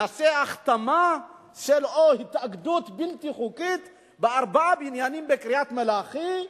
נעשה החתמה של התאגדות בלתי חוקית בארבעה בניינים בקריית-מלאכי.